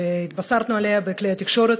התבשרנו עליה בכלי התקשורת,